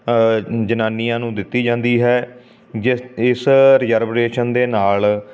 ਜਨਾਨੀਆਂ ਨੂੰ ਦਿੱਤੀ ਜਾਂਦੀ ਹੈ ਜਿਸ ਇਸ ਰਿਜ਼ਰਵਰੇਸ਼ਨ ਦੇ ਨਾਲ